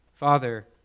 Father